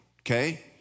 okay